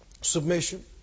submission